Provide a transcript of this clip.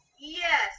yes